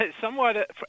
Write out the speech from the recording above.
somewhat